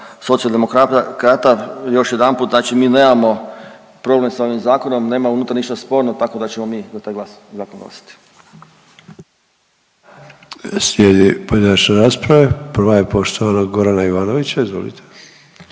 Socijaldemokrata još jedanput, znači mi nemamo problem sa ovim Zakonom, nema unutra ništa sporno, tako da ćemo mi za taj glas, zakon glasati. **Sanader, Ante (HDZ)** Slijedi pojedinačne rasprave, prva je poštovanog Gorana Ivanovića. Izvolite.